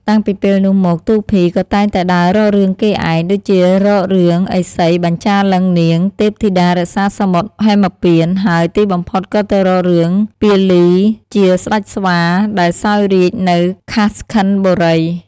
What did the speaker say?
តាំងពីពេលនោះមកទូភី ក៏តែងតែដើររករឿងគេឯង ដូចជារករឿង ឥសីបញ្ចាលឹង្គនាង ទេពធីតារក្សាសមុទ្រហេមពាន្ត ហើយទីបំផុតក៏ទៅរករឿង ពាលីជាស្តេចស្វាដែលសោយរាជ្យនៅ ខាស់ខិនបុរី។